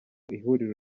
ihuriro